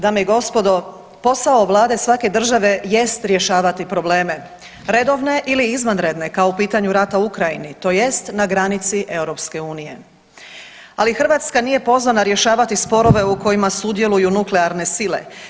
Dame i gospode, posao vlade svake države jest rješavati probleme redovne ili izvanredne kao u pitanju rata u Ukrajini tj. na granici EU, ali Hrvatska nije pozvana rješavati sporove u kojima sudjeluju nuklearne sile.